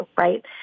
Right